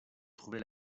trouvait